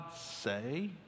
say